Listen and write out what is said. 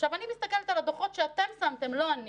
אני מסתכלת על הדוחות שאתם שמתם - לא אני